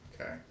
Okay